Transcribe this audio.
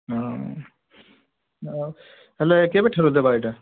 ହଁ ହେଲେ କେବେଠାରୁ ଦେବା ଏଟା